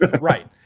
right